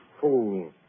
fool